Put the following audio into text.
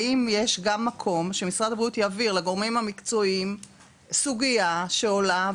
האם יש גם מקום שמשרד הבריאות יעביר לגורמים המקצועיים סוגיה שעולה,